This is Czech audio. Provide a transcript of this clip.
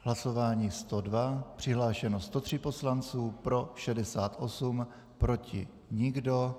Hlasování 102, přihlášeno 103 poslanců, pro 68, proti nikdo.